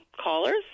callers